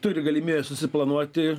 turi galimybę susiplanuoti